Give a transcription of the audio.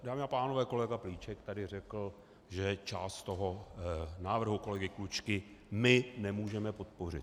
Dámy a pánové, kolega Plíšek tady řekl, že část toho návrhu kolegy Klučky my nemůžeme podpořit.